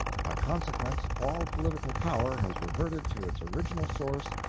by consequence, all political power has reverted to its original source,